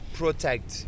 protect